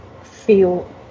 feel